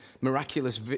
miraculous